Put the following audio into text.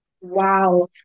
Wow